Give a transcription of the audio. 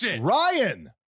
Ryan